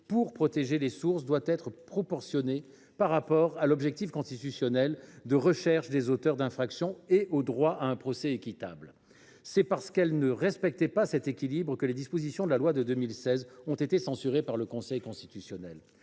pour protéger les sources doit être proportionnée au regard de l’objectif constitutionnel de recherche des auteurs d’infractions et au droit à un procès équitable. C’est parce qu’elles ne respectaient pas cet équilibre que les dispositions de la loi de 2016 ont été censurées par le Conseil constitutionnel.